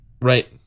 Right